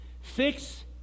Fix